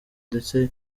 ndetse